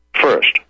First